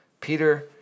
Peter